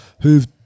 who've